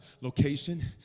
location